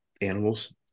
animals